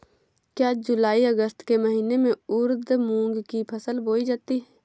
क्या जूलाई अगस्त के महीने में उर्द मूंग की फसल बोई जाती है?